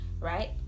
right